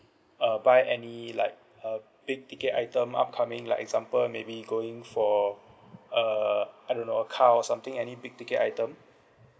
uh buy any like uh big ticket item upcoming like example maybe going for uh I don't know a car or something any big ticket item